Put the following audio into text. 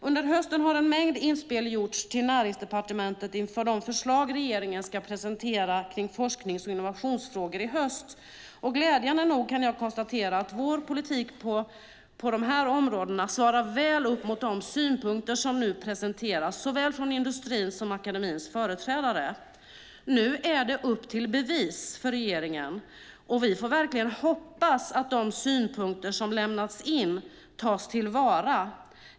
Under hösten har en mängd inspel gjorts till Näringsdepartementet inför de förslag regeringen i höst ska presentera när det gäller forsknings och innovationsfrågor, och glädjande nog kan jag konstatera att vår politik på de här områdena svarar väl upp mot de synpunkter som nu presenteras av såväl industrins som akademins företrädare. Nu är det upp till bevis för regeringen, och vi får verkligen hoppas att de synpunkter som lämnats in tas till vara.